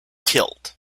killed